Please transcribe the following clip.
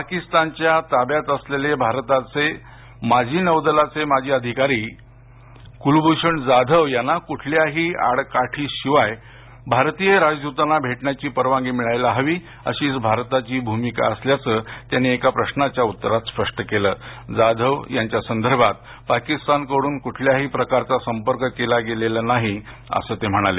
पाकिस्तानच्या ताब्यात असलेले भारताचे माजी नौदलाचे माजी अधिकारी कुलभूषण जाधव यांना कुठल्याही आडकाठी शिवाय भारतीय राजद्तांना भेटण्याची परवानगी मिळायला हवी अशीच भारताची भुमिका असल्याचं त्यानी एका प्रश्नाच्या उत्तरात स्पष्ट केलं जाधव यांच्या संदर्भात पाकिस्तानकडून कुठल्याही प्रकारचा संपर्क केला गेलेला नाही असं ते म्हणाले